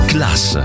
Class